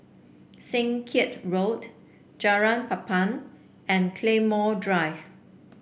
Seng Kiat Road Jalan Papan and Claymore Drive